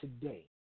today